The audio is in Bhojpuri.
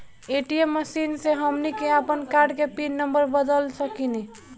ए.टी.एम मशीन से हमनी के आपन कार्ड के पिन नम्बर बदल सके नी